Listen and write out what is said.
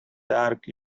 dark